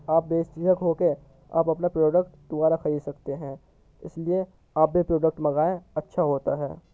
آپ بے جھجھک ہو کے آپ اپنا پروڈکٹ دوبارہ خرید سکتے ہیں اس لیے آپ وہ پروڈکٹ منگائیں اچھا ہوتا ہے